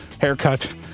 haircut